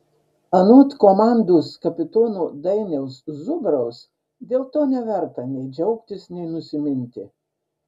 anot komandos kapitono dainiaus zubraus dėl to neverta nei džiaugtis nei nusiminti